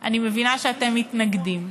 אני מבינה שאתם מתנגדים,